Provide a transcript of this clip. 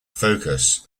focus